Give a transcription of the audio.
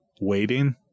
waiting